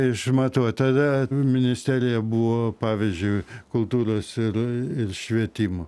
išmatuot tada ministerija buvo pavyzdžiui kultūros ir ir švietimo